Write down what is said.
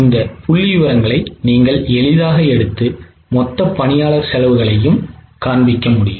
இந்த புள்ளிவிவரங்களை நீங்கள் எளிதாக எடுத்து மொத்த பணியாளர்கள் செலவுகளையும் காண்பிக்கலாம்